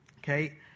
Okay